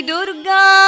Durga